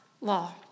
law